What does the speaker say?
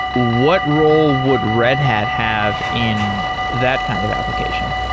what role would red hat have in that kind of application?